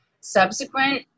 subsequent